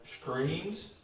screens